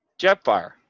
Jetfire